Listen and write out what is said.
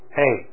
hey